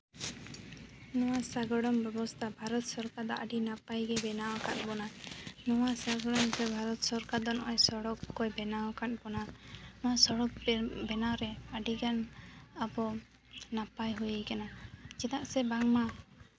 ᱱᱚᱣᱟ ᱥᱟᱜᱚᱲᱚᱢ ᱵᱮᱵᱚᱥᱛᱷᱟ ᱵᱷᱟᱨᱚᱛ ᱥᱚᱨᱠᱟᱨᱟᱜ ᱟᱹᱰᱤ ᱱᱟᱯᱟᱭ ᱜᱮᱭ ᱵᱮᱱᱟᱣ ᱟᱠᱟᱫ ᱵᱚᱱᱟ ᱱᱚᱣᱟ ᱥᱟᱜᱚᱲᱟᱢ ᱨᱮ ᱵᱷᱟᱨᱚᱛ ᱥᱚᱨᱠᱟᱨ ᱫᱚ ᱱᱚᱜᱼᱚᱭ ᱥᱚᱲᱚᱠ ᱠᱚᱭ ᱵᱮᱱᱟᱣ ᱟᱠᱟᱫ ᱵᱚᱱᱟ ᱱᱚᱣᱟ ᱥᱚᱲᱚᱠ ᱵᱮᱱᱟᱣ ᱨᱮ ᱟᱹᱰᱤᱜᱟᱱ ᱟᱵᱚ ᱱᱟᱯᱟᱭ ᱦᱩᱭ ᱠᱟᱱᱟ ᱪᱮᱫᱟᱜ ᱥᱮ ᱵᱟᱝᱢᱟ